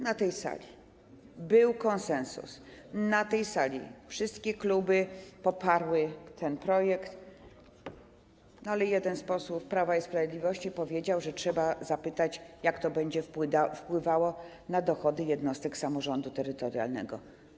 Na tej sali był konsensus, na tej sali wszystkie kluby poparły ten projekt, ale jeden z posłów Prawa i Sprawiedliwości powiedział, że trzeba zapytać, jak to będzie wpływało na dochody jednostek samorządu terytorialnego.